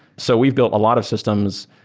so we've built a lot of systems